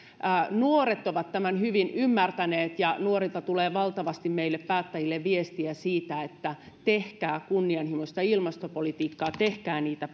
nuoret ovat tämän hyvin ymmärtäneet ja nuorilta tulee valtavasti meille päättäjille viestiä siitä että tehkää kunnianhimoista ilmastopolitiikkaa tehkää niitä